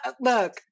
look